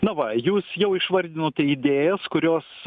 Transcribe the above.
na va jūs jau išvardinot idėjas kurios